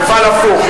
נפעל הפוך.